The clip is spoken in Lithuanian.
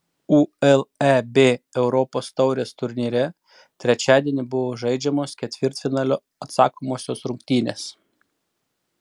uleb europos taurės turnyre trečiadienį buvo žaidžiamos ketvirtfinalio atsakomosios rungtynės